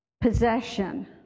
possession